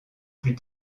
plus